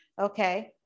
Okay